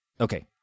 okay